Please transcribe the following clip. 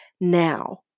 now